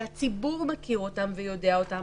שהציבור מכיר ויודע אותן,